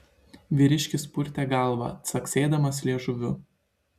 vyriškis purtė galvą caksėdamas liežuviu